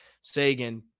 Sagan